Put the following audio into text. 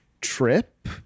trip